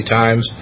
times